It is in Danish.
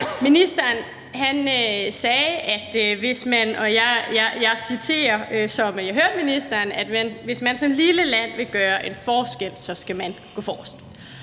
ministeren sige det – at hvis man som lille land vil gøre en forskel, skal man gå forrest.